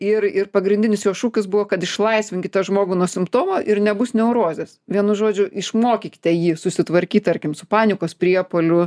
ir ir pagrindinis jo šūkis buvo kad išlaisvinkite žmogų nuo simptomų ir nebus neurozės vienu žodžiu išmokykite jį susitvarkyt tarkim su panikos priepuoliu